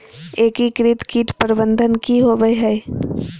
एकीकृत कीट प्रबंधन की होवय हैय?